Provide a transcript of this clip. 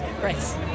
Great